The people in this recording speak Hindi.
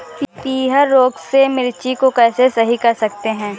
पीहर रोग से मिर्ची को कैसे सही कर सकते हैं?